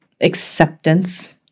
acceptance